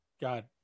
God